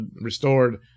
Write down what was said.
restored